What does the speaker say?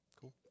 Cool